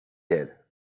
did